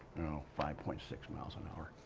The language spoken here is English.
know, five point six miles an hour.